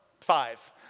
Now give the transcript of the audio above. five